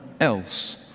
else